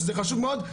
שזה חשוב מאוד,